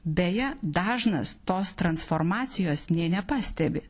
beje dažnas tos transformacijos nė nepastebi